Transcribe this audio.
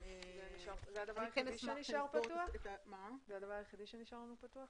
זה הדבר היחידי שנשאר פתוח?